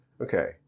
Okay